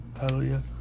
hallelujah